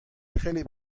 خیلی